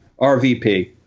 RVP